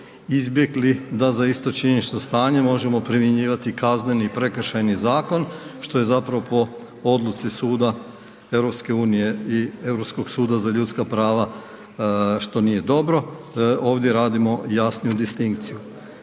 izbjegli da za isto činjenično stanje možemo primjenjivati kazneni i prekršajni zakon što je zapravo po odluci Suda EU i Europskog suda za ljudska prava što nije dobro, ovdje radimo jasniju distinkciju.